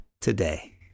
today